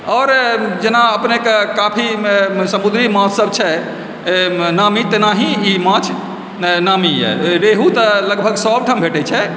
आओर जेना अपनेके काफी समुद्री माछसभ छै नामी तेनाही ई माछ नामी यऽ रेहू तऽ लगभग सभठन भेटै छै लेकिन